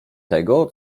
tego